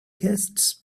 guests